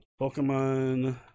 Pokemon